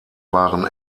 waren